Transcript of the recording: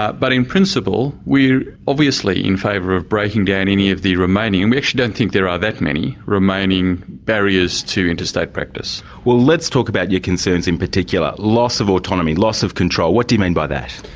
ah but in principle, we're obviously in favour of breaking down any of the remaining and we actually i don't think there are that many remaining barriers to interstate practice. well let's talk about your concerns in particular loss of autonomy, loss of control, what do you mean by that?